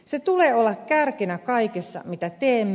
sen tulee olla kärkenä kaikessa mitä teemme